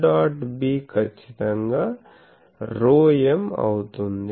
B ఖచ్చితం గా ρm అవుతుంది